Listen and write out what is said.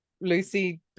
lucy